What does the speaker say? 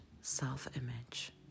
self-image